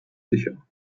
sicher